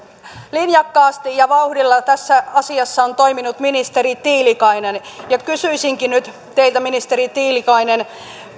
linjakkaasti ja vauhdilla tässä asiassa on toiminut ministeri tiilikainen ja kysyisinkin nyt teiltä ministeri tiilikainen